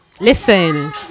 Listen